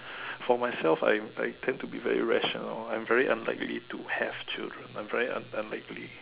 for myself I I tend to be very rationale I'm very unlikely to have children I'm very unlikely